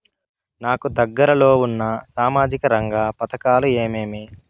నాకు దగ్గర లో ఉన్న సామాజిక రంగ పథకాలు ఏమేమీ?